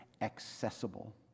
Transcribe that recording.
accessible